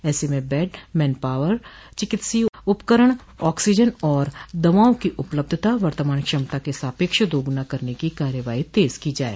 ऐसे में bed manpower चिकित्सीय उपकरण ऑक्सीजन और दवाओं की उपलब्धता वर्तमान क्षमता के सापेक्ष दोगुना करने की कार्रवाई तेज की जाये